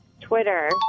twitter